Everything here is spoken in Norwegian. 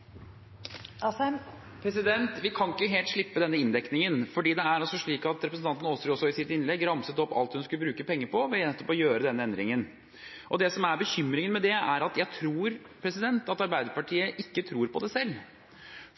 slik at representanten Aasrud i sitt innlegg også ramset opp alt hun skulle bruke penger på ved nettopp å gjøre den endringen. Det jeg tror er bekymringen med det, er at Arbeiderpartiet ikke tror på det selv,